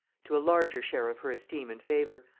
to a larger share of her esteem and favor,